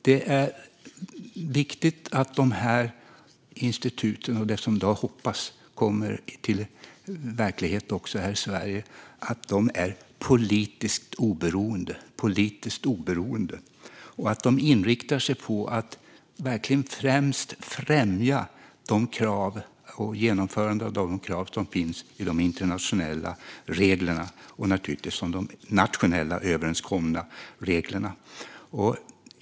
Det är viktigt att de här instituten, och det som jag hoppas kommer att bli verklighet också här i Sverige, är politiskt oberoende. De ska verkligen inrikta sig på att främst främja de krav och genomförandet av de krav som finns i de internationella reglerna och naturligtvis i de nationellt överenskomna reglerna.